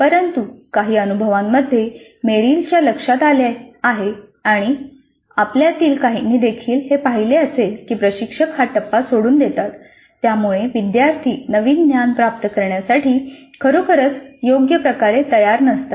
परंतु काही अनुभवांमध्ये मेरिलच्या लक्षात आले आहे आणि आपल्यातील काहींनी देखील हे पाहिले असेल की प्रशिक्षक हा टप्पा सोडून देतात त्यामुळे विद्यार्थी नवीन ज्ञान प्राप्त करण्यासाठी खरोखरच योग्य प्रकारे तयार नसतात